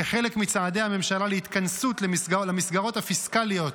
כחלק מצעדי הממשלה להתכנסות למסגרות הפיסקליות